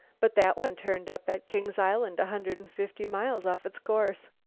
but that one turned up at king's island, a hundred and fifty miles off its course.